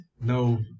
No